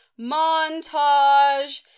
Montage